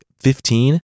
fifteen